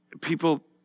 People